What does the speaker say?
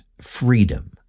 freedom